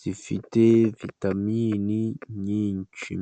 zifite vitamini nyinshi.